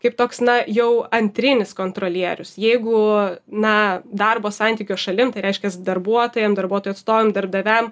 kaip toks na jau antrinis kontrolierius jeigu na darbo santykio šalim reiškias darbuotojam darbuotojų atstovam darbdaviam